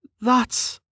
That's